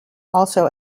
also